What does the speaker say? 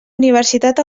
universitat